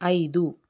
ಐದು